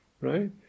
right